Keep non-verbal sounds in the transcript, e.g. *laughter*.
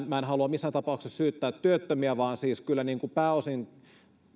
*unintelligible* minä en halua missään tapauksessa syyttää työttömiä vaan siis kyllä pääosin